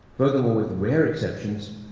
furthermore, with rare exceptions,